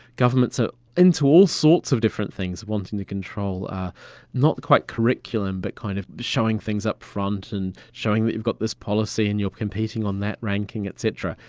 governments are into all sorts of different things, wanting to control ah not quite the curriculum but kind of showing things up front and showing that you've got this policy and you are competing on that ranking et cetera,